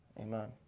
Amen